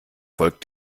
volk